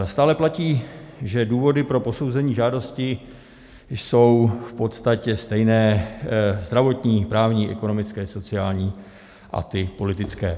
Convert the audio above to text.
Stále platí, že důvody pro posouzení žádosti jsou v podstatě stejné: zdravotní, právní, ekonomické, sociální a ty politické.